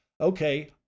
Okay